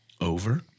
over